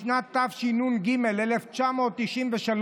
משנת התשנ"ג, 1993,